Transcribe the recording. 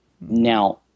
Now